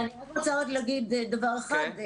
אני רוצה להגיד רק דבר אחד,